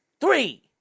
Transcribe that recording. three